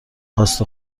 خواست